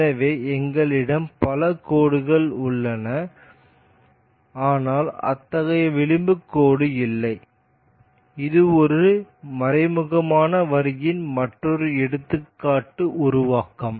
எனவே எங்களிடம் பல கோடுகள் உள்ளது ஆனால் அத்தகைய விளிம்பு கோடு இல்லை இது ஒரு மறைமுகமான வரியின் மற்றொரு எடுத்துக்காட்டு உருவாக்கம்